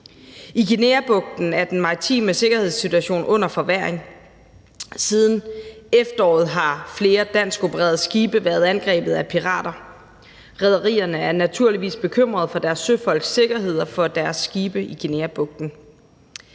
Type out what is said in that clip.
I Guineabugten er den maritime sikkerhedssituation under forværring. Siden efteråret har flere danskopererede skibe været angrebet af pirater, og rederierne er naturligvis bekymrede for deres søfolks sikkerhed og for deres skibe i Guineabugten.